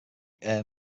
air